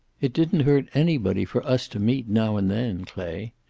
it didn't hurt anybody for us to meet now and then, clay.